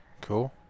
Cool